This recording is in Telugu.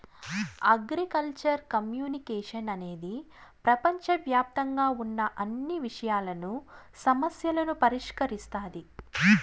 అగ్రికల్చరల్ కమ్యునికేషన్ అనేది ప్రపంచవ్యాప్తంగా ఉన్న అన్ని విషయాలను, సమస్యలను పరిష్కరిస్తాది